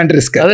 risk